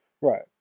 Right